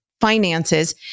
finances